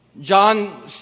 John